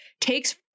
takes